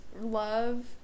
love